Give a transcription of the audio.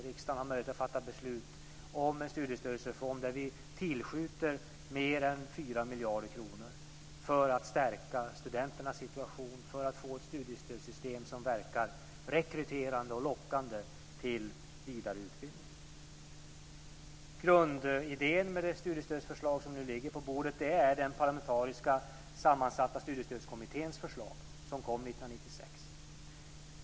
Riksdagen har möjlighet att fatta beslut om en studiestödsreform där vi tillskjuter mer än 4 miljarder kronor för att stärka studenternas situation och för att få ett studiestödssystem som verkar rekryterande och lockande till vidareutbildning. Grundidén i det studiestödsförslag som nu ligger på bordet är den parlamentariskt sammansatta Studiestödskommitténs förslag som kom 1996.